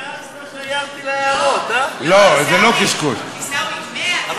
עיסאווי, 100 כ-20, זהבה.